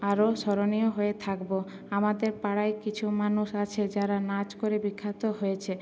আরও স্মরণীয় হয়ে থাকবো আমাদের পাড়ায় কিছু মানুষ আছে যারা নাচ করে বিখ্যাত হয়েছে